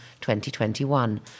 2021